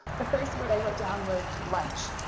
the first word i wrote down was lunch.